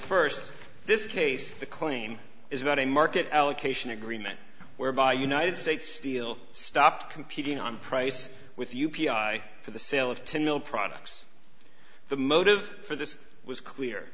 first this case the claim is about a market allocation agreement whereby united states steel stopped competing on price with u p i for the sale of tamil products the motive for this was clear